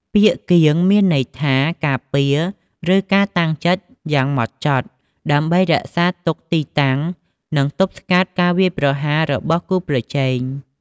ពាក្យ "គៀង" មានន័យថា ការពារ ឬការតាំងចិត្តយ៉ាងម៉ត់ចត់ ដើម្បីរក្សាទុកទីតាំង និងទប់ស្កាត់ការវាយប្រហាររបស់គូប្រជែង។